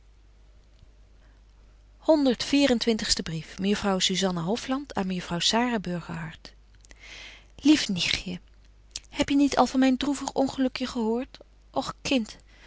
twintigste brief mejuffrouw zuzanna hofland aan mejuffrouw sara burgerhart lieve nichtje heb je niet al van myn droevig ongelukje gehoort och kind